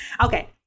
Okay